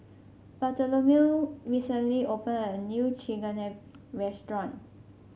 Bartholomew recently opened a new Chigenabe restaurant